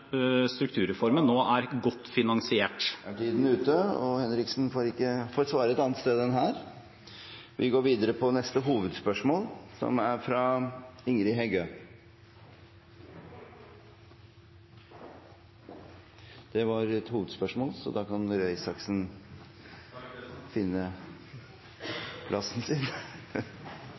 strukturreformen nå er godt finansiert. Martin Henriksen får svare et annet sted enn her. Vi går videre til neste hovedspørsmål.